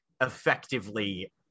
effectively